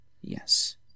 Yes